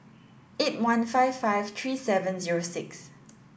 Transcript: eight one five five three seven zero six